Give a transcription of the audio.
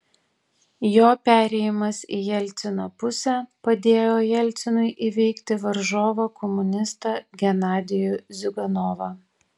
jo perėjimas į jelcino pusę padėjo jelcinui įveikti varžovą komunistą genadijų ziuganovą